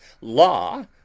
law